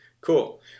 cool